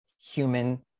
human